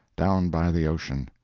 down by the ocean.